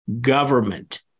government